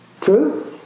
True